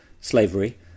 slavery